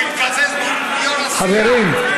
הוא התקזז, חברים.